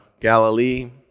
galilee